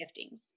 giftings